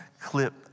clip